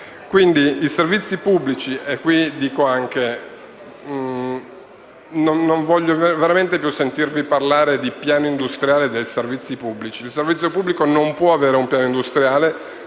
strada giusta. Aggiungo pure che non voglio veramente più sentirvi parlare di piano industriale dei servizi pubblici: il servizio pubblico non può avere un piano industriale,